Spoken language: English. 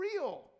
real